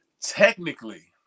Technically